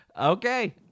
Okay